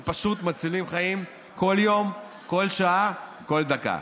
הם פשוט מצילים חיים כל יום, כל שעה, כל דקה.